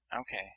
Okay